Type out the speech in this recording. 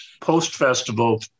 post-festival